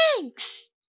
thanks